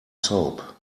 soap